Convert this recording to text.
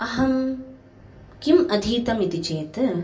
अहं किम् अधीतमिति चेत्